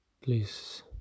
please